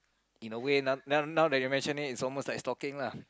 in a way n~ now now that you have mentioned it it's almost like stalking lah